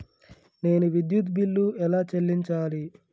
నేను విద్యుత్ బిల్లు ఎలా చెల్లించాలి?